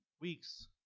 weeks